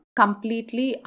completely